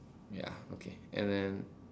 ya okay and then